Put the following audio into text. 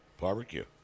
Barbecue